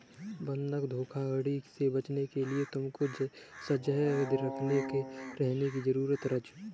बंधक धोखाधड़ी से बचने के लिए तुमको सजग रहने की जरूरत है राजु